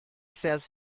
says